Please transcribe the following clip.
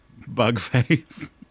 Bugface